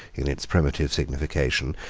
in its primitive signification,